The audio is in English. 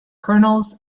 kernels